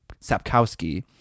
Sapkowski